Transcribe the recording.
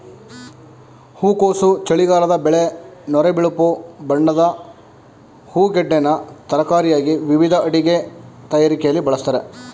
ಹೂಕೋಸು ಚಳಿಗಾಲದ ಬೆಳೆ ನೊರೆ ಬಿಳುಪು ಬಣ್ಣದ ಹೂಗೆಡ್ಡೆನ ತರಕಾರಿಯಾಗಿ ವಿವಿಧ ಅಡಿಗೆ ತಯಾರಿಕೆಲಿ ಬಳಸ್ತಾರೆ